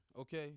Okay